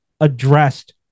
addressed